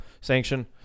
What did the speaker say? Sanction